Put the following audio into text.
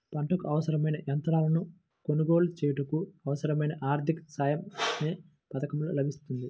పంటకు అవసరమైన యంత్రాలను కొనగోలు చేయుటకు, అవసరమైన ఆర్థిక సాయం యే పథకంలో లభిస్తుంది?